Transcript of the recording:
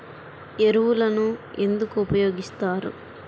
ఎరువులను ఎందుకు ఉపయోగిస్తారు?